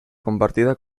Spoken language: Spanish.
compartida